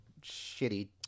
shitty